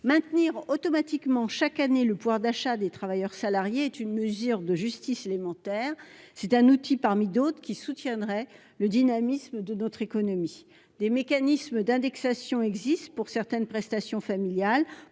Maintenir automatiquement chaque année le pouvoir d'achat des travailleurs salariés est une mesure de justice élémentaire. C'est un outil parmi d'autres, qui soutiendrait le dynamisme de notre économie. Des mécanismes d'indexation existent pour certaines prestations familiales,